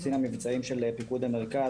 קצין המבצעים של פיקוד המרכז,